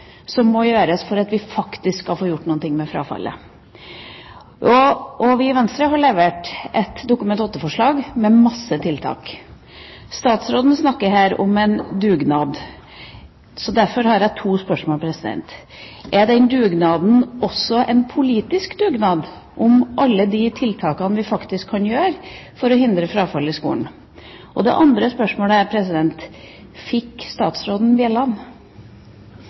som må gjøres for at vi faktisk skal få gjort noe med frafallet. Vi i Venstre har levert inn et Dokument nr. 8-forslag med masse tiltak. Statsråden snakker her om en dugnad. Jeg har derfor to spørsmål. Det ene er: Er den dugnaden også en politisk dugnad for alle de tiltakene vi faktisk kan gjøre for å hindre frafall i skolen? Det andre spørsmålet er: Fikk statsråden